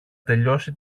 τελειώσει